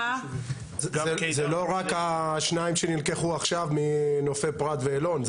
זה לא רק השניים שנלקחו עכשיו מנופי פרת ואלון.